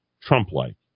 Trump-like